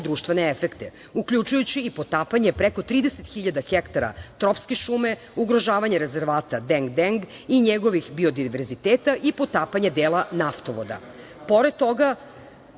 društvene efekte, uključujući i potapanje preko 30.000 hektara tropskih šume, ugrožavanje rezervata Deng – Deng i njegovih biodiverziteta i potapanje delova naftovoda. Pored